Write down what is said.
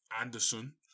Anderson